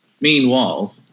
Meanwhile